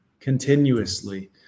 continuously